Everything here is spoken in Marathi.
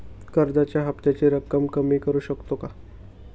कर्जाच्या हफ्त्याची रक्कम कमी करू शकतो का?